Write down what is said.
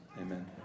Amen